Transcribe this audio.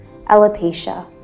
Alopecia